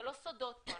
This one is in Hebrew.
זה לא סודות פה,